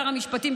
שר המשפטים,